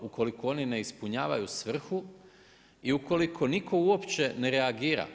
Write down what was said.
Ukoliko oni ne ispunjavaju svrhu i ukoliko nitko uopće ne reagira.